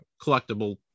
collectible